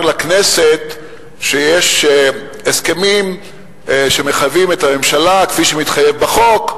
לכנסת שיש הסכמים שמחייבים את הממשלה כפי שמתחייב בחוק,